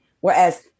Whereas